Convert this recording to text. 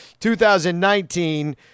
2019